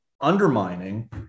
undermining